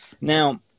Now